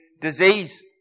disease